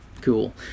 Cool